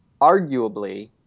arguably